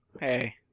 Hey